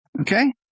Okay